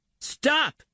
Stop